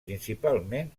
principalment